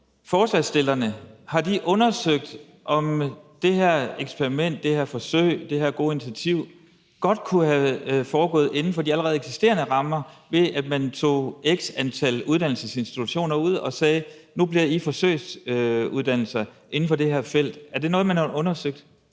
forslagsstillerne undersøgt, om det her eksperiment, det her forsøg, det her gode initiativ godt kunne have foregået inden for de allerede eksisterende rammer, ved at man tog x antal uddannelsesinstitutioner ud og sagde: Nu bliver I forsøgsuddannelser inden for det her felt? Er det noget, man har undersøgt?